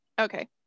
Okay